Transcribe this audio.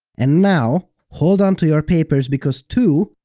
and now hold on to your papers, because two,